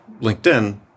LinkedIn